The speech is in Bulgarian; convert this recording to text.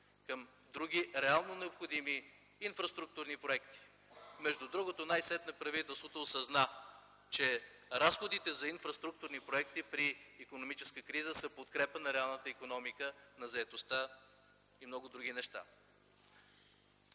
към други реално необходими инфраструктурни проекти. Между другото най-сетне правителството осъзна, че разходите за инфраструктурни проекти при икономическа криза са в подкрепа на реалната икономика, на заетостта и много други неща.